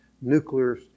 nuclear